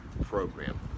program